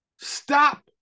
Stop